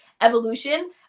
evolution